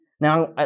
now